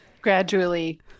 gradually